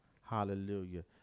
hallelujah